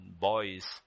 boys